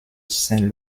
saint